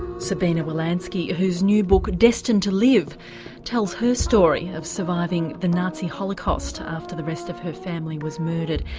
sabina wolanski, whose new book destined to live tells her story of surviving the nazi holocaust after the rest of her family was murdered,